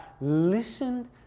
listened